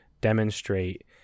demonstrate